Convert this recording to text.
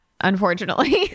unfortunately